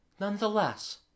Nonetheless